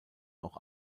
auch